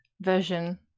version